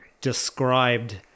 described